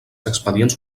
expedients